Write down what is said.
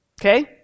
okay